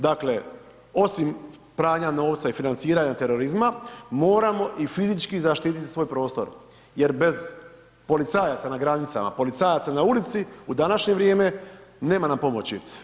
Dakle, osim pranja novca i financiranja terorizma, moramo i fizički zaštititi svoj prostor jer bez policajaca na granicama, policajaca na ulici, u današnje vrijeme nema nam pomoći.